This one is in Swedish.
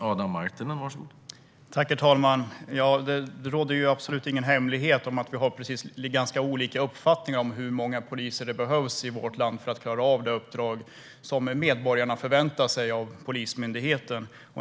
Herr talman! Det är absolut ingen hemlighet att vi har ganska olika uppfattningar om hur många poliser det behövs i vårt land för att klara av det som medborgarna förväntar sig av Polismyndigheten.